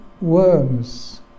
worms